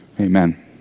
amen